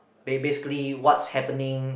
ba~ basically what's happening